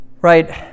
right